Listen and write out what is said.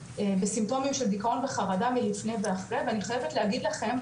בסימפטומים של דיכאון וחרדה מלפני ואחרי ואני חייבת להגיד לכם,